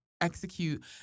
execute